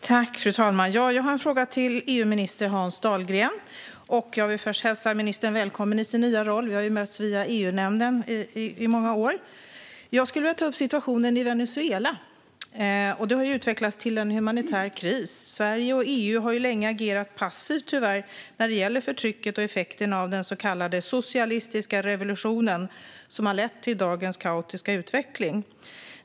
Fru talman! Jag har en fråga till EU-minister Hans Dahlgren. Först vill jag hälsa honom välkommen i hans nya roll. Vi har ju under många år mötts via EU-nämnden. Jag vill ta upp situationen i Venezuela. Den har utvecklats till en humanitär kris. Sverige och EU har tyvärr länge agerat passivt när det gäller förtrycket och effekten av den så kallade socialistiska revolutionen, som har lett till dagens kaotiska utveckling.